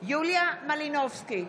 יוליה מלינובסקי,